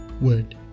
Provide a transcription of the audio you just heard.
word